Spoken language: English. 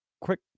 quick